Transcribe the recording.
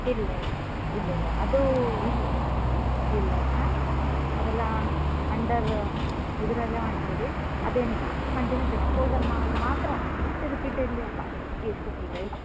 ಇಲ್ಲ ಇಲ್ಲ ಇಲ್ಲ ಇಲ್ಲ ಅದು ಇಲ್ಲ ಇಲ್ಲ ಇಲ್ಲ ಇಲ್ಲ ಅದೆಲ್ಲ ಅಂಡರ್ ಇದರಲ್ಲೇ ಮಾಡ್ತೀವಿ ಅದೇನಿಲ್ಲ ಅಷ್ಟು ಕಂಟಿನ್ಯೂಸ್ ಎಕ್ಷಪೊಸೆರ್ ಮಾಡಿದರೆ ಮಾತ್ರ ಇಷ್ಟು ರಿಪಿಟೇಡ್ಲಿ ಅಲ್ಲ ಇಷ್ಟು ತೊಂದರೆ ಇಲ್ಲ